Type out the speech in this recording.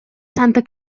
santa